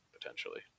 potentially